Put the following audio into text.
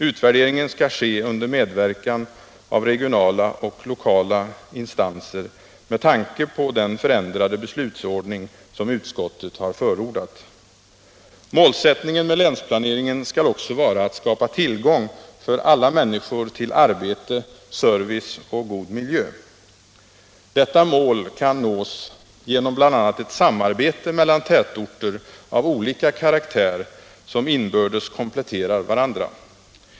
Utvärderingen skall ske under medverkan av regionala och lokala instanser med tanke på den förändrade beslutsordning som utskottet har förordat. Målsättningen för länsplaneringen skall också vara att skapa tillgång för 107 alla människor till arbete, service och god miljö. Detta mål kan nås genom bl.a. ett samarbete mellan tätorter av olika karaktär som inbördes kompletterar varandra.